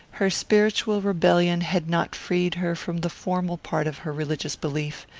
her spiritual rebellion had not freed her from the formal part of her religious belief,